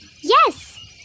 Yes